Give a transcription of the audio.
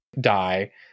die